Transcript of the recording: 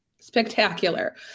spectacular